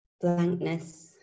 blankness